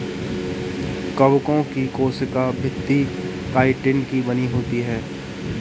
कवकों की कोशिका भित्ति काइटिन की बनी होती है